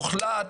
הוחלט,